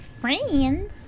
Friends